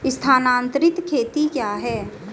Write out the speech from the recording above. स्थानांतरित खेती क्या है?